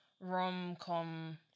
rom-com